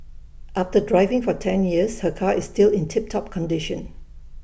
after driving for ten years her car is still in tip top condition